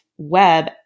web